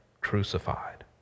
crucified